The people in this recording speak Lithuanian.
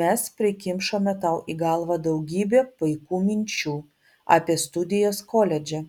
mes prikimšome tau į galvą daugybę paikų minčių apie studijas koledže